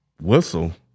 Whistle